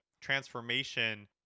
transformation